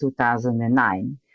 2009